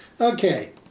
Okay